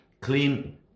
clean